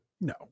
No